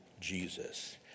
Jesus